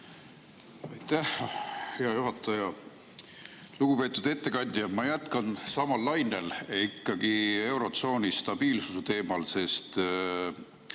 Aitäh, hea juhataja! Lugupeetud ettekandja! Ma jätkan samal lainel, ikkagi eurotsooni stabiilsuse teemal, sest